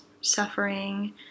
suffering